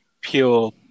pure